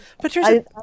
Patricia